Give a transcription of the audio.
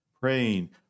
Praying